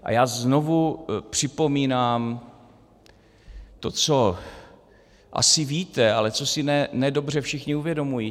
A já znovu připomínám to, co asi víte, ale co si ne dobře všichni uvědomují.